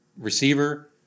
receiver